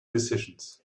decisions